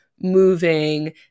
moving